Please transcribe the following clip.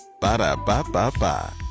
Ba-da-ba-ba-ba